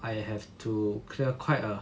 I have to clear quite a